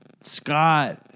scott